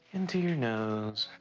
into your nose.